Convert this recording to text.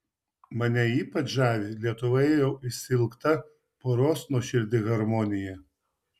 mane ypač žavi lietuvoje jau išsiilgta poros nuoširdi harmonija